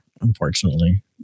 unfortunately